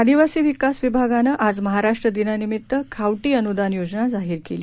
आदिवासी विकास विभागानं आज महाराष्ट्र दिनानिमित्त खावटी अनुदान योजना जाहीर केली